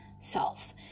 self